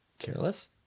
Careless